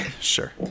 Sure